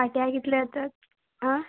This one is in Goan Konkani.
वांट्याक कितलीं आसा तर आं